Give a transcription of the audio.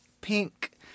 pink